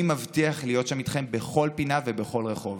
אני מבטיח להיות שם איתכם בכל פינה ובכל רחוב.